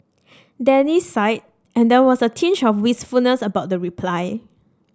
Danny sighed and there was a tinge of wistfulness about the reply